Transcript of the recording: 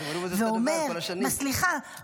סליחה,